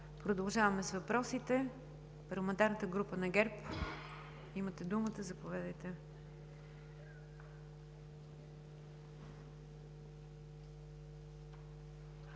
Продължаваме с въпросите. Парламентарната група на ГЕРБ имате думата. Заповядайте,